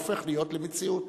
הופך להיות למציאות.